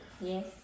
Yes